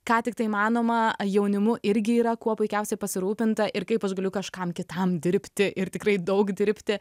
ką tik tai įmanoma jaunimu irgi yra kuo puikiausia pasirūpinta ir kaip aš galiu kažkam kitam dirbti ir tikrai daug dirbti